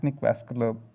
vascular